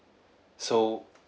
so